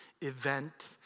event